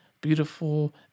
beautiful